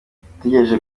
yatekereje